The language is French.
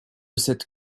cette